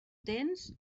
tens